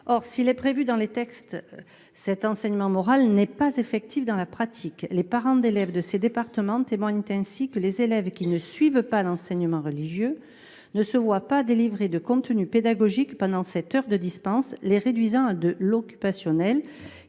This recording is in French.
Or, s'il est prévu dans les textes, cet enseignement moral n'est pas effectif dans la pratique. Les parents d'élèves de ces départements témoignent ainsi que les élèves qui ne suivent pas l'enseignement religieux ne se voient pas délivrer de contenus pédagogiques pendant cette heure de dispense, les réduisant à de l'occupationnelle.